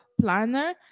planner